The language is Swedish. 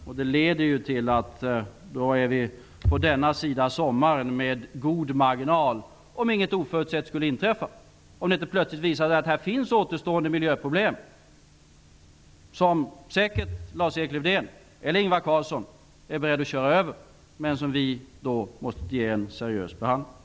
Vi kommer då att med god marginal befinna oss på denna sida av sommaren -- under förutsättning att inget oförutsett inträffar, under förutsättning att det inte plötsligt visar sig att det finns återstående miljöproblem, som säkert Lars-Erik Lövdén eller Ingvar Carlsson är beredd att köra över, men som vi i regeringen måste ge en seriös behandling.